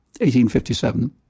1857